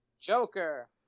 Joker